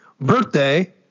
birthday